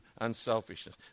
unselfishness